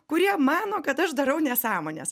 kurie mano kad aš darau nesąmones